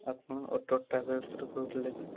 ଆପଣ ଅଟୋ ଟ୍ରାଭେଲସ୍ରୁ କହୁଥିଲେ କି